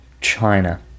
China